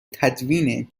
تدوین